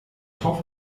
top